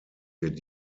wird